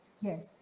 Yes